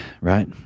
right